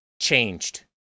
changed